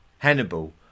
Hannibal